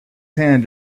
hand